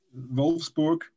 Wolfsburg